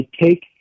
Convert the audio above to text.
take